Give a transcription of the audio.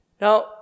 Now